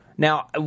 Now